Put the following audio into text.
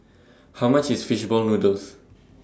How much IS Fish Ball Noodles